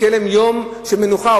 תהיה להם יום של מנוחה,